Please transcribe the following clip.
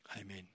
Amen